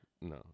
No